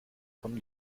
von